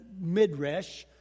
Midrash